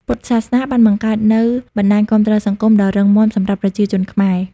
ពុទ្ធសាសនាបានបង្កើតនូវ បណ្ដាញគាំទ្រសង្គម ដ៏រឹងមាំសម្រាប់ប្រជាជនខ្មែរ។